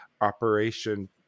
operation